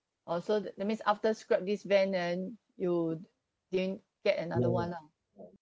orh so that that means after scrap this van then you didn't get another [one] lah